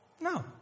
No